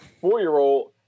four-year-old